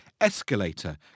escalator